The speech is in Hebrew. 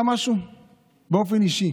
אני אגיד לך משהו באופן אישי: